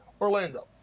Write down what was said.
Orlando